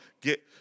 get